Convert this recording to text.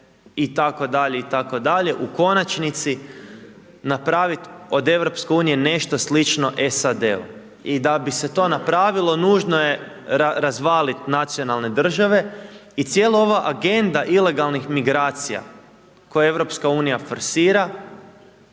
itd. itd., u konačnici napravit od EU nešto slično SAD i da bi se to napravilo, nužno je razvalit nacionalne države i cijela ova agenda ilegalnih migracija koju EU forsira,